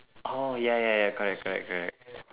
oh ya ya ya correct correct correct